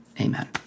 amen